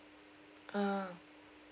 ah